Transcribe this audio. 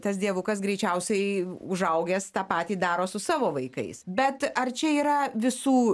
tas dievukas greičiausiai užaugęs tą patį daro su savo vaikais bet ar čia yra visų